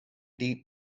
deep